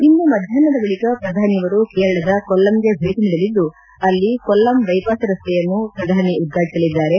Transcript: ಇಂದು ಮಧ್ಯಾಹ್ವದ ಬಳಕ ಪ್ರಧಾನಿಯವರು ಕೇರಳದ ಕೊಲ್ಲಂಗೆ ಭೇಣ ನೀಡಅದ್ದು ಅಲ್ಲ ಕೊಲ್ಲಂ ಬೈಪಾಸ್ ರಸ್ತೆಯನ್ನು ಪ್ರಧಾನಿ ಉದ್ವಾಣಸಅದ್ದಾರೆ